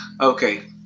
okay